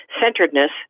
centeredness